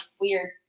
weird